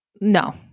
No